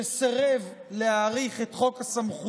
אני הייתי זה שסירב להאריך את חוק הסמכויות